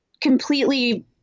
completely